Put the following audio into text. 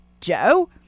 Joe